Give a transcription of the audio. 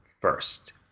first